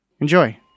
enjoy